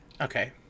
okay